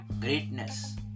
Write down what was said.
greatness